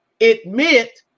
admit